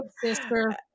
sister